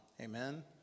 Amen